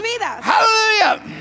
hallelujah